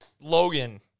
Logan